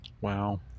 Wow